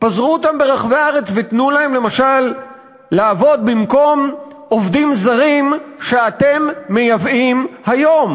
ותנו להם למשל לעבוד במקום עובדים זרים שאתם מייבאים היום.